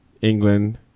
England